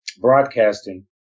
Broadcasting